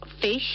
fish